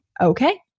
okay